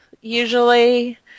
usually